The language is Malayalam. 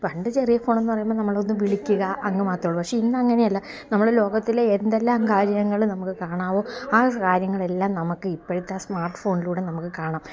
പണ്ട് ചെറിയ ഫോണെന്ന് പറയുമ്പം നമ്മളൊന്ന് വിളിക്കുക അങ്ങ് മാത്രമേ ഉള്ളൂ പക്ഷേ ഇന്നങ്ങനെയല്ല നമ്മുടെ ലോകത്തിലെ എന്തെല്ലാം കാര്യങ്ങൾ നമുക്ക് കാണാവോ ആ കാര്യങ്ങളെല്ലാം നമുക്ക് ഇപ്പോഴത്തെ സ്മാർട്ട് ഫോണിലൂടെ നമുക്ക് കാണാം